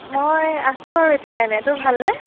মই আছোঁ আৰু এতিয়া এনে তোৰ ভালনে